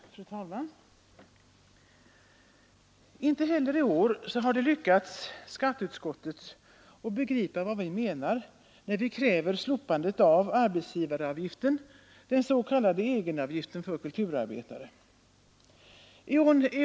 Fru talman! Inte heller i år har det lyckats skatteutskottet att begripa vad vi menar, när vi kräver slopandet av arbetsgivaravgiften för kulturarbetare, den s.k. egenavgiften.